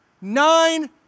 nine